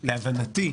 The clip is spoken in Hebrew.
להבנתי,